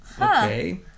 Okay